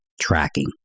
tracking